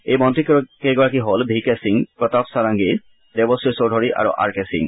এই মন্ত্ৰীকেইগৰাকী হ'ল ভি কে সিং প্ৰতাপ সাৰাংগী দেৱশী চৌধুৰী আৰু আৰ কে সিং